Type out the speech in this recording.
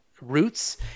roots